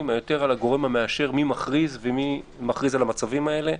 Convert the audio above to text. ויותר על הגורם המאשר מי מכריז על המצבים האלה,